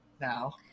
now